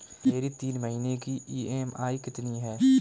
मेरी तीन महीने की ईएमआई कितनी है?